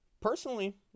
Personally